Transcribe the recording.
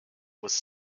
was